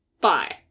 Bye